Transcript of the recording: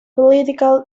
political